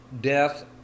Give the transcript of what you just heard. death